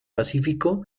pacífico